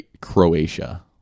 Croatia